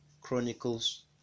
Chronicles